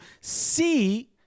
see